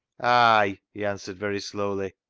ay! he answered very slowly.